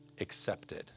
Accepted